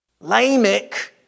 Lamech